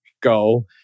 go